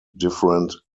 different